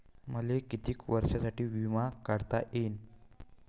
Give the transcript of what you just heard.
मले कितीक वर्षासाठी बिमा काढता येईन?